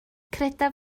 credaf